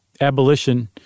abolition